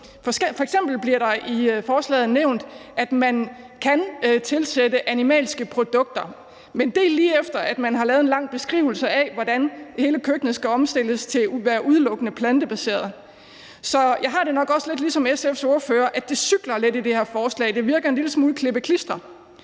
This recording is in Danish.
forslaget nævnt, at man kan tilsætte animalske produkter, men det er, lige efter man har lavet en lang beskrivelse af, hvordan hele køkkenet skal omstilles til udelukkende at være plantebaseret. Så jeg har det nok også lidt ligesom SF's ordfører, altså at det cykler lidt i det her forslag og det virker en lille smule klippe-klistre.